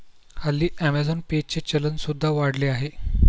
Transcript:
हल्ली Amazon pay चे चलन सुद्धा वाढले आहे